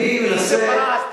באיזה סטייק?